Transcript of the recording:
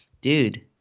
dude